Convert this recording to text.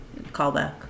callback